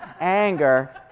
anger